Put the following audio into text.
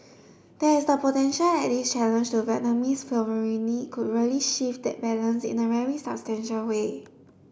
there is the potential that this challenge to Vietnamese could really shift that balance in a very substantial way